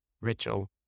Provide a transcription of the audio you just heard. ritual